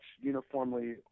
uniformly